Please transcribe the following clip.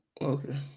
Okay